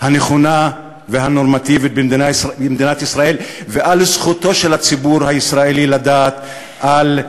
הנכונה והנורמטיבית במדינת ישראל ושל זכותו של הציבור הישראלי לדעת על,